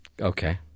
Okay